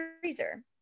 freezer